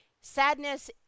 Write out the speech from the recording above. Sadness